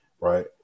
right